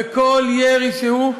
וכל ירי שהוא,